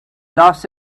lost